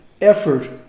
effort